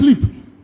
sleep